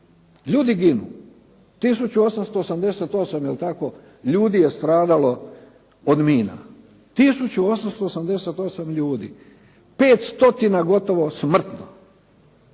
Ljudi ginu. 1888 ljudi je stradalo od mina, 1888 ljudi, 500 gotovo smrtno.